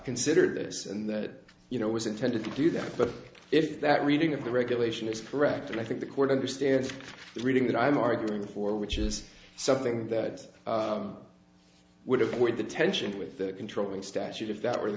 considered this and that you know was intended to do that but if that reading of the regulation is correct and i think the court understands that reading that i'm arguing for which is something that would avoid the tension with that controlling statute if that were the